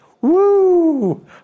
Woo